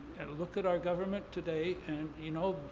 and look at our government today, and, you know,